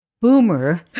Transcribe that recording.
boomer